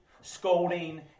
Scolding